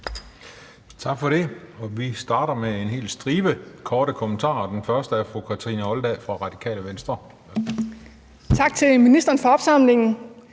Tak for det. Vi starter med en hel stribe korte kommentarer, og den første er fra fru Kathrine Olldag fra Radikale Venstre. Kl. 17:46 Kathrine Olldag